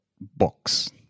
books